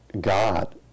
God